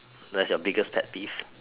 that's your biggest pet peeve